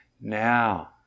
Now